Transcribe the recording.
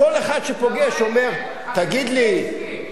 כל אחד שפוגש אומר: תגיד לי,